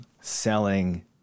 selling